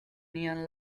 neon